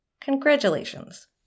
Congratulations